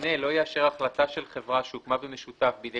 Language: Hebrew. הממונה לא יאשר החלטה של חברה שהוקמה במשותף בידי